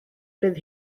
bydd